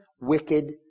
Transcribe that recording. wicked